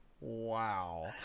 Wow